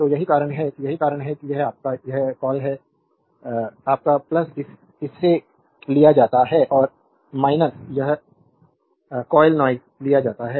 तो यही कारण है कि यही कारण है कि यह आपका क्या कॉल है आपका इसे लिया जाता है और यह कायल नॉइज़ लिया जाता है